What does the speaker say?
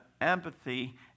empathy